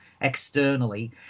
externally